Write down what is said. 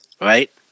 right